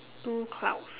two clouds